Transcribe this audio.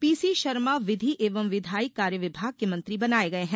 PC Sharma विधि एवं विधायी कार्य विभाग के मंत्री बनाये गये है